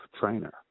trainer